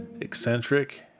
eccentric